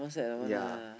ya